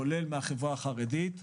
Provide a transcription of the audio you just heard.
כולל מהחברה החרדית,